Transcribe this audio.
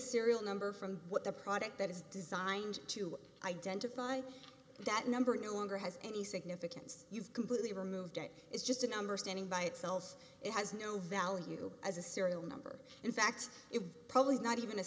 serial number from what the product that is designed to identify that number no longer has any significance you've completely removed it is just a number standing by itself it has no value as a serial number in fact it's probably not even a